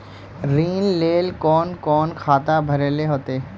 ऋण लेल कोन कोन खाता भरेले होते?